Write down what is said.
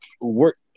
work